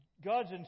God's